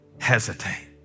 hesitate